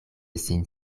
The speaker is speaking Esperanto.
sin